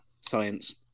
Science